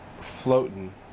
floating